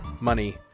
money